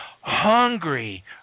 hungry